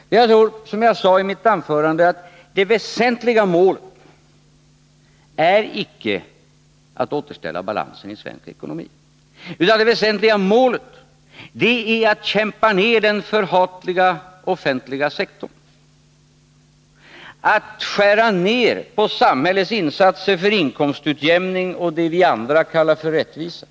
Med andra ord: Som jag sade i mitt anförande är det väsentliga målet icke att återställa balansen i svensk ekonomi, utan det väsentliga målet är att kämpa ner den förhatliga offentliga sektorn, att skära ner på samhällets insatser för inkomstutjämning och det vi andra kallar för rättvisa.